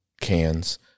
cans